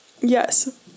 Yes